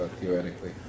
theoretically